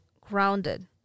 grounded